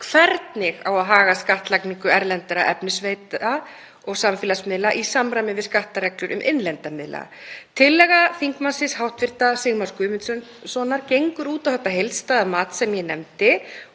hvernig haga á skattlagningu erlendra efnisveita og samfélagsmiðla í samræmi við skattareglur um innlenda miðla. Tillaga hv. þm. Sigmars Guðmundssonar gengur út á þetta heildstæða mat sem ég nefndi